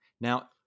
now